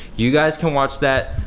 you guys can watch that.